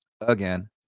again